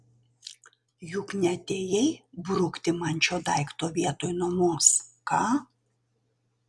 juk neatėjai brukti man šio daikto vietoj nuomos ką